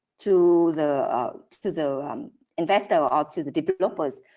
to the to the investors or to the developers.